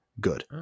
good